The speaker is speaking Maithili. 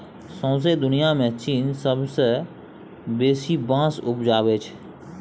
सौंसे दुनियाँ मे चीन सबसँ बेसी बाँस उपजाबै छै